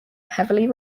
heavily